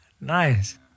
Nice